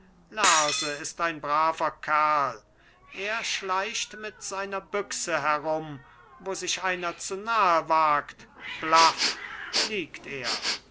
lerse ist ein braver kerl er schleicht mit seiner büchse herum wo sich einer zu nahe wagt blaff liegt er